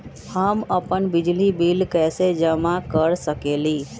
हम अपन बिजली बिल कैसे जमा कर सकेली?